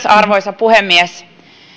arvoisa puhemies